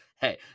Hey